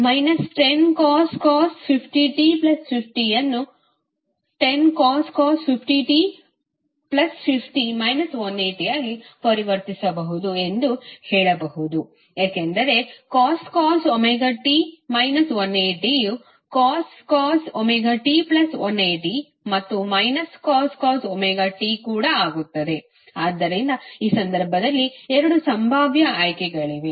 ಆದ್ದರಿಂದ ನಾವು v1 10cos 50t50 ಅನ್ನು10cos 50t50 180 ಆಗಿ ಪರಿವರ್ತಿಸಬಹುದು ಎಂದು ಹೇಳಬಹುದು ಏಕೆಂದರೆ cos ωt 180ಯು cos ωt180 ಮತ್ತು cos ωt ಕೂಡ ಆಗುತ್ತದೆ ಆದ್ದರಿಂದ ಈ ಸಂದರ್ಭದಲ್ಲಿ ಎರಡು ಸಂಭಾವ್ಯ ಆಯ್ಕೆಗಳಿವೆ